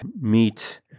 Meet